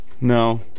No